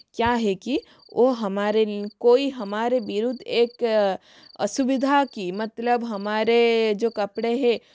क्या है कि ओ हमारे कोई हमारे विरुद्ध एक असुविधा की मतलब हमारे जो कपड़े है